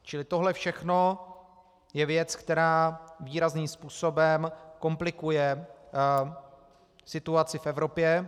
Čili tohle všechno je věc, která výrazným způsobem komplikuje situaci v Evropě.